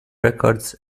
records